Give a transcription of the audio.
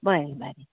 बरें बरें